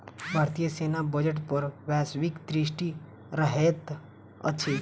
भारतीय सेना बजट पर वैश्विक दृष्टि रहैत अछि